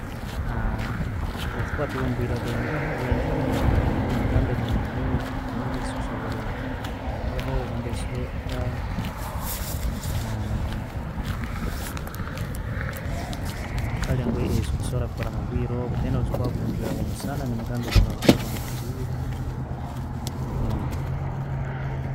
Obutukuba turimubwire bwembeho, obwenjura, nemugamba aije nengoye ezigumire ezikusobora embeho bundi e'sweater kale engoye ezikusobora kora mubwire obwo. Obwire bwomusana nemugamba aije nobugoye obwanguhire.